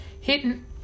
hidden